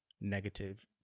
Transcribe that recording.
negative